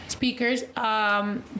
speakers